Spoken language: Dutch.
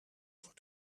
voor